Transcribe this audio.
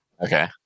Okay